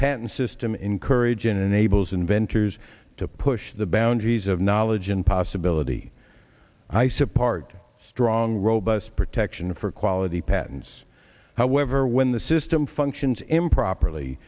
patent system encourages enables inventors to push the boundaries of knowledge and possibility i said part strong robust protection for quality patents however when the system functions improperly